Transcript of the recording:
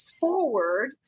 forward